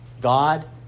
God